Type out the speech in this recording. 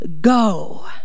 go